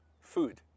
food